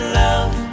love